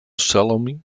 salome